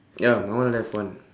ya my one left one